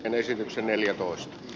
esityksen neljätoista